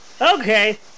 okay